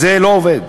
וזה לא עובד.